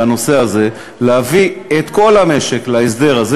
בנושא הזה להביא את כל המשק להסדר הזה